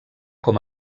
com